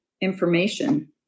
information